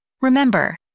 Remember